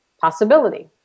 possibility